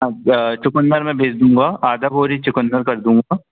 अच्छा चुकंदर मैं भेज दूँगा आधा बोरी चुकंदर कर दूँगा